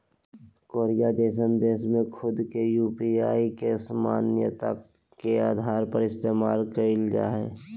Korea जइसन देश में खुद के यू.पी.आई के मान्यता के आधार पर इस्तेमाल कईल जा हइ